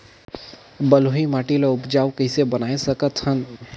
बलुही माटी ल उपजाऊ कइसे बनाय सकत हन?